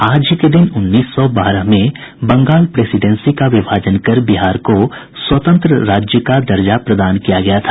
आज ही के दिन उन्नीस सौ बारह में बंगाल प्रेसीडेंसी का विभाजन कर बिहार को स्वतंत्र राज्य का दर्जा प्रदान किया गया था